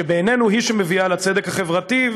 שבעינינו היא שמביאה לצדק החברתי,